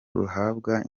ruhabwa